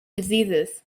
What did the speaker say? diseases